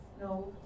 no